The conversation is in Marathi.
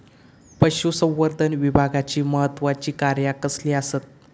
पशुसंवर्धन विभागाची महत्त्वाची कार्या कसली आसत?